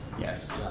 Yes